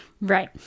Right